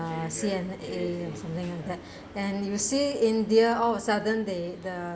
C_N_A or something like that then you see india out of sudden they the